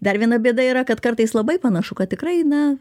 dar viena bėda yra kad kartais labai panašu kad tikrai na